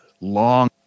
long